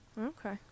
Okay